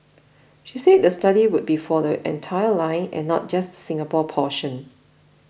she said the study would be for the entire line and not just Singapore portion